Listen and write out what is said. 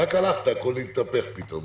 רק הלכת, הכול התהפך פתאום.